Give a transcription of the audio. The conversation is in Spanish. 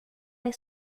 del